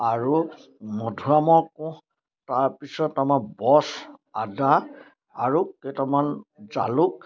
আৰু মধুআমৰ কোঁহ তাৰপিছত আমাৰ বছ আদা আৰু কেইটামান জালুক